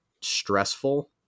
stressful